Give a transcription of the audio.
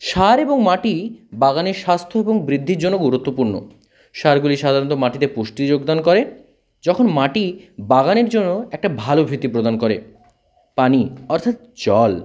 সার এবং মাটি বাগানের স্বাস্থ্য এবং বৃদ্ধির জন্য গুরুত্বপূর্ণ সারগুলি সাধারণত মাটিতে পুষ্টি যোগদান করে যখন মাটি বাগানের জন্য একটা ভালো ভিত্তিপ্রদান করে পানি অর্থাৎ জল